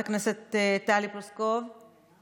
חברת הכנסת טלי פלוסקוב, איננה,